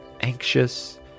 anxious